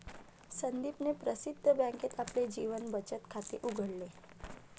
संदीपने प्रसिद्ध बँकेत आपले नवीन बचत खाते उघडले